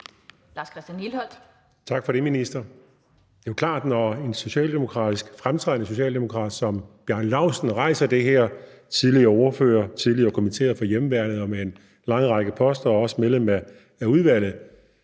Lars Christian Lilleholt (V): Tak for det, minister. Det er klart, at når en fremtrædende socialdemokrat som Bjarne Laustsen rejser det her – han er tidligere ordfører, tidligere kommitteret for Hjemmeværnet og har haft en lang række poster, og han er også medlem af udvalget